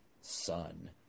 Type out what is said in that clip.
son